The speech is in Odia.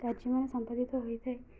କାର୍ଯ୍ୟମାନେ ସମ୍ପାଦିତ ହୋଇଥାଏ